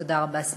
תודה רבה.